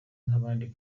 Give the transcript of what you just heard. nk’abandi